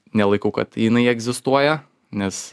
nelaikau kad jinai egzistuoja nes